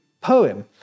poem